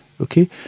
okay